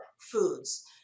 foods